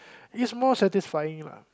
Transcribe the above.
it's more satisfying lah